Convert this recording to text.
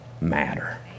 matter